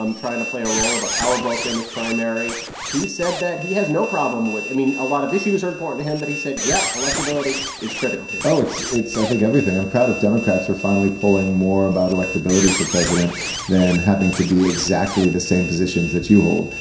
trying to play a role of a power broker in this primary he said that he has no problem with i mean, a lot of issues are important to him. but he said, yep, electability is critical here oh, it's it's i think everything i'm proud of democrats for finally pulling more about electability for president than having to be exactly the same positions that you hold.